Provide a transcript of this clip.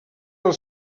del